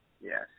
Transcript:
Yes